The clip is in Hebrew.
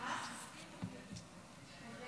תודה